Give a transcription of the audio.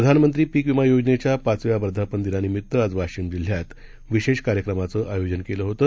प्रधानमंत्री पिक विमा योजनेच्या पाचव्या वर्धापन दिनानिमित्त आज वाशीम जिल्ह्यात विशेष कार्यक्रमाचं आय़ोजन केलं होतं